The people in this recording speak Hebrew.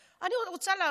ואמרו לי: מירב,